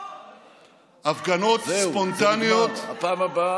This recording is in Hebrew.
זהו, זה נגמר.